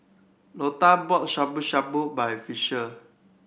Lotta bought Shabu Shabu by Fisher